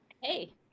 hey